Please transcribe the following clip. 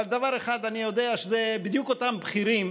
אבל דבר אחד אני יודע: אלה בדיוק אותם בכירים